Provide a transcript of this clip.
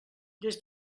des